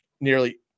nearly